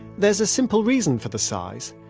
there's a simple reason for the size,